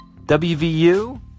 WVU